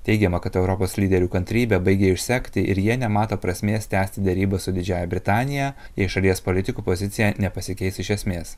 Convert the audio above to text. teigiama kad europos lyderių kantrybė baigia išsekti ir jie nemato prasmės tęsti derybų su didžiąja britanija jei šalies politikų pozicija nepasikeis iš esmės